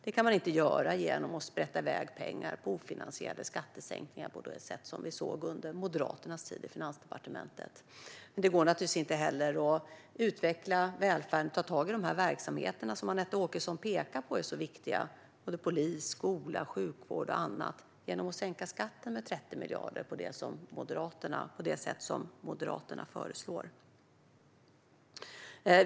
Det kan man inte göra genom att sprätta i väg pengar på ofinansierade skattesänkningar på det sätt som vi såg under Moderaternas tid i Finansdepartementet. Det går naturligtvis inte heller att utveckla välfärden och ta tag i de verksamheter som Anette Åkesson pekar på är så viktiga - polis, skola, sjukvård och annat - genom att sänka skatten med 30 miljarder på det sätt som Moderaterna föreslår.